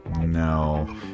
No